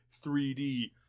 3D